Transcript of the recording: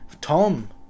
Tom